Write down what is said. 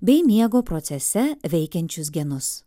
bei miego procese veikiančius genus